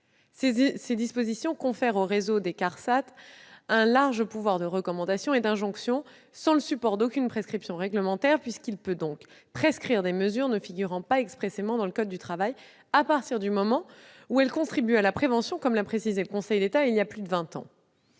ces dispositions, le réseau des CARSAT se voit conférer un large pouvoir de recommandation et d'injonction, sans le support d'aucune prescription réglementaire puisqu'il peut donc prescrire des mesures ne figurant pas expressément dans le code du travail à partir du moment où elles contribuent à la prévention, comme l'a précisé le Conseil d'État voilà plus de vingt ans.